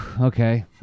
okay